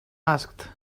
asked